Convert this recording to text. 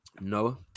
Noah